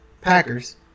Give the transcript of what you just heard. Packers